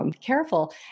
Careful